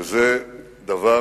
וזה דבר